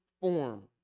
form